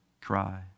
cry